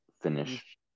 finish